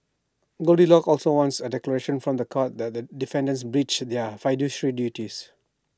goldilocks also wants A declaration from The Court that the defendants breached their fiduciary duties